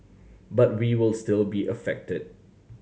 but we will still be affected